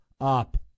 up